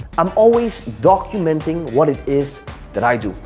i'm always documenting what it is that i do.